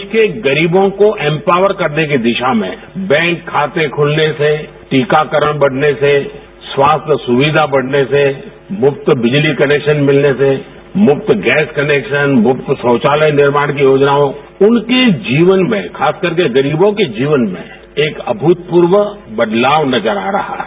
देश के गरीबों को एम्पावर करने की दिशा में बैंक खाते खुलने से टीकाकरण बढ़ने से स्वास्थ्य सुविधा बढ़ने से मुफ्त बिजली कनेक्शन मिलने से मुफ्त गैस कनेक्शन मुफ्त शौचालय निर्माण की योजनाओं से उनके जीवन में खास करके गरीबों के जीवन में एक अभूतपूर्व बदलाव नजर आ रहा है